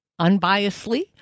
unbiasedly